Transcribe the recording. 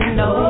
no